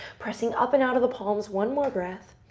pressing up and out of the palms. one more breath.